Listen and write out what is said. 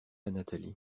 nathalie